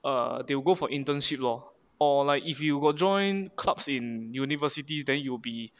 err they will go for internship lor or like if you got join clubs in universities then you will be